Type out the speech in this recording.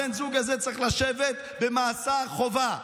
בן הזוג הזה צריך לשבת במאסר חובה.